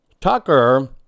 Tucker